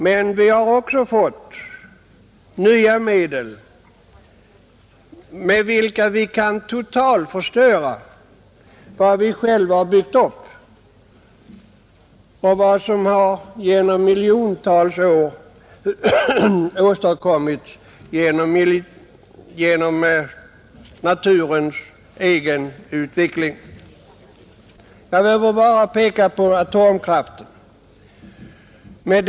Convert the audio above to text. Men vi har också fått nya medel, med vilka vi kan totalförstöra vad vi själva har byggt upp och vad som genom miljontals år har åstadkommits genom naturens egen utveckling. Jag behöver bara peka på atomkraften.